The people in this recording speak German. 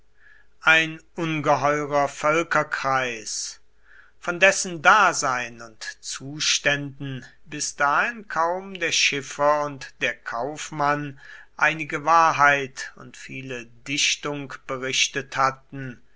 ein ungeheurer völkerkreis von dessen dasein und zuständen bis dahin kaum der schiffer und der kaufmann einige wahrheit und viele dichtung berichtet hatten